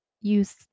use